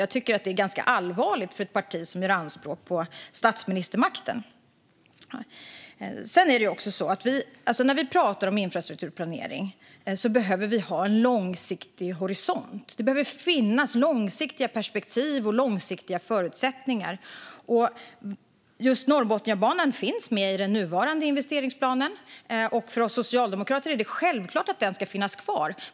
Jag tycker att det är ganska allvarligt för ett parti som gör anspråk på statsministermakten. När vi pratar om infrastrukturplanering behöver vi ha en långsiktig horisont. Det behöver finnas långsiktiga perspektiv och långsiktiga förutsättningar. Just Norrbotniabanan finns med i den nuvarande investeringsplanen. För oss socialdemokrater är det självklart att den ska finnas kvar.